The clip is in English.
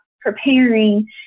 preparing